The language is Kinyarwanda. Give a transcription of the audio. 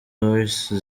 royce